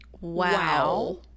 Wow